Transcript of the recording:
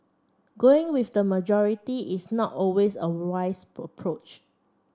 going with the majority is not always a wise